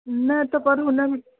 न त पर हुन